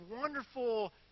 wonderful